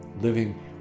Living